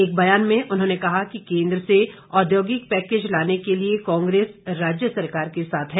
एक बयान में उन्होंने कहा कि केन्द्र से औद्योगिक पैकेज लाने के लिए कांग्रेस राज्य सरकार के साथ है